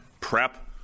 prep